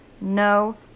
no